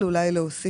אלא שזה המינימום.